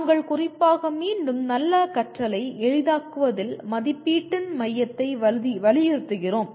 நாங்கள் குறிப்பாக மீண்டும் நல்ல கற்றலை எளிதாக்குவதில் மதிப்பீட்டின் மையத்தை வலியுறுத்துகிறோம்